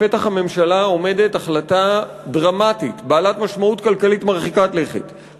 לפתח הממשלה עומדת החלטה דרמטית בעלת משמעות כלכלית מרחיקת לכת,